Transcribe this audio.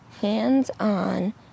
hands-on